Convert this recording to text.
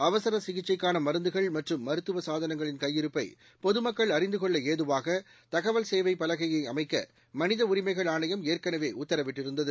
அவசர சிகிச்சைக்கான மருந்துகள் மற்றும் மருத்துவ சாதனங்களின் கையிருப்பை பொதுமக்கள் அறிந்துகொள்ள ஏதுவாக தகவல் சேவை பலகையை அமைக்க மனித உரிமைகள் ஆணையம் ஏற்கனவே உத்தரவிட்டிருந்தது